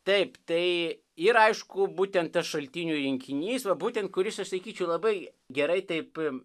taip tai ir aišku būtent tas šaltinių rinkinys va būtent kuris aš sakyčiau labai gerai taip